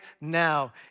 now